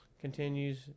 continues